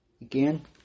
Again